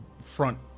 front